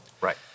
right